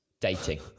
dating